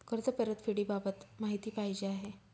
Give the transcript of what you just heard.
कर्ज परतफेडीबाबत माहिती पाहिजे आहे